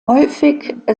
häufig